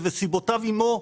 וסיבותיו עימו,